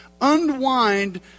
unwind